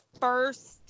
first